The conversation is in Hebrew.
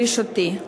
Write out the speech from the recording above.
בראשותי.